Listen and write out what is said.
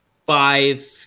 five